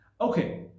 okay